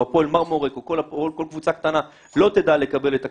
הפועל מרמורק או כל קבוצה קטנה לא תדע לקבל את הכספים,